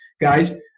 guys